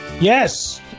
yes